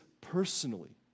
personally